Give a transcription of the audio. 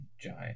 giant